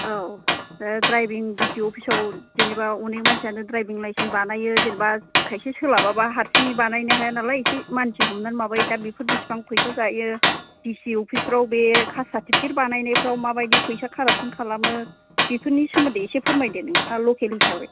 औ driving D T O अफिसाव जेनोबा अनेक मानसियानो द्राइभिं लाइसेन्स बानायो जेनोबा खायसे सोलाबा बा हारसिंयै बानायनो हाया नालाय खायसे मानसि हमनानै बानायो दा बेफोर बेसेबां फैसा जायो डि सि अपिसफ्राव बे कास्त सारतिपिकेत बानायनायफ्राव बेसेबां फैसा जायो फैसा कारापसन खालामो बेफोरनि सोमोन्दै एसे फोरमायदो नोंथाङा लकेल हिसाबै